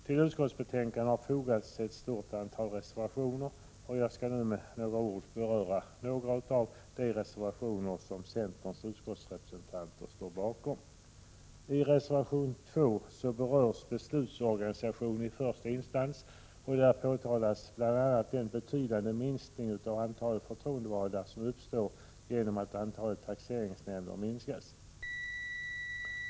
Till utskottsbetänkandet har fogats ett stort antal reservationer, och jag skall nu med några ord beröra några av de reservationer som centerns utskottsrepresentanter står bakom. I reservation nr 2 berörs beslutsorganisationen i första instans. Där påtalas bl.a. den betydande minskning av antalet förtroendevalda som uppstår genom att antalet taxeringsnämnder minskas.